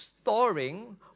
storing